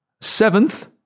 Seventh